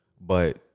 But-